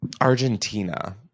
Argentina